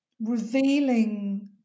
Revealing